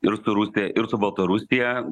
ir rusija ir su baltarusija